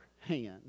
hand